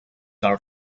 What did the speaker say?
our